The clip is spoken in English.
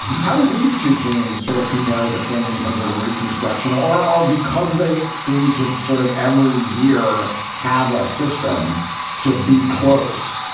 how do these two teams sort of compare to the twins in terms of reconstruction or or because they seemed to sort of every year have a system to be close.